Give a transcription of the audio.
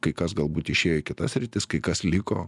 kai kas galbūt išėjo į kitas sritis kai kas liko